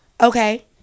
okay